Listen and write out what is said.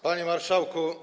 Panie Marszałku!